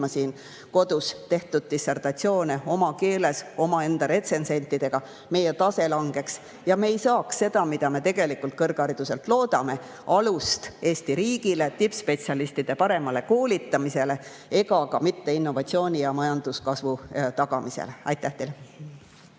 siin kodumaal tehtud dissertatsioonid olgu oma keeles ja omaenda retsensentidega. Meie tase langeks ja me ei saaks seda, mida me tegelikult kõrghariduselt loodame: alust Eesti riigile, tippspetsialistide paremale koolitamisele ja ka innovatsiooni ja majanduskasvu tagamisele. Aitäh teile!